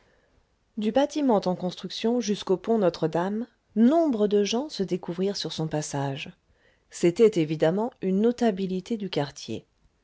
du bâtiment en construction jusqu'au pont notre-dame nombre de gens se découvrirent sur son passage c'était évidemment une notabilité du quartier